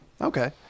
Okay